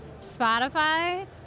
Spotify